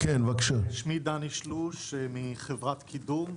שמי דני שלוש מחברת קידום,